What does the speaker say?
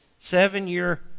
seven-year